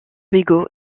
bigot